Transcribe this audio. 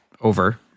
over